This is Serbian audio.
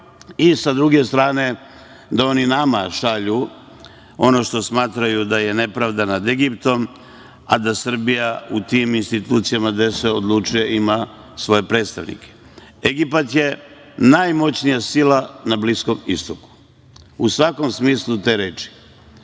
i sa druge strane da oni nama šalju ono što smatraju da je nepravda nad Egiptom a da Srbija u tim institucijama, gde se odlučuje, ima svoje predstavnike. Egipat je najmoćnija sila na Bliskom istoku u svakom smislu te reči.